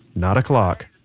not a clock,